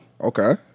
Okay